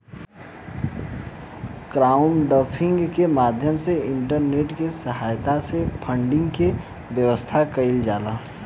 crowdfunding के माध्यम से इंटरनेट के सहायता से फंडिंग के व्यवस्था कईल जाला